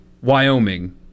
Wyoming